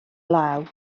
law